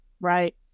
Right